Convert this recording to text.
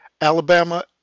Alabama